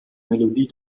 melodie